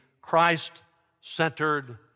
Christ-centered